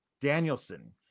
Danielson